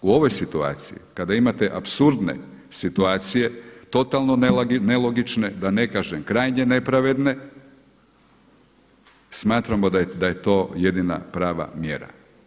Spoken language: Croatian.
U ovoj situaciji kada imate apsurdne situacije totalno nelogične, da ne kažem krajnje nepravedne smatramo da je to jedina prava mjera.